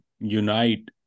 Unite